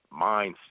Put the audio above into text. mindset